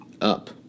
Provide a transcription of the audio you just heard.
up